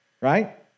right